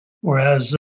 Whereas